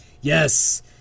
Yes